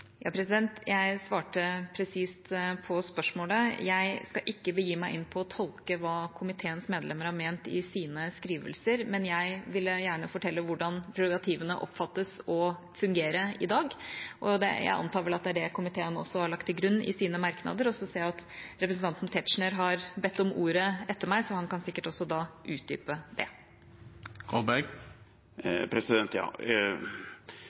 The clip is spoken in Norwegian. skal ikke begi meg inn på å tolke hva komiteens medlemmer har ment i sine skrivelser, men jeg ville gjerne fortelle hvordan prerogativene oppfattes å fungere i dag. Jeg antar vel at det er det komiteen også har lagt til grunn i sine merknader. Så ser jeg at representanten Tetzschner har bedt om ordet etter meg, så han kan sikkert